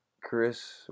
Chris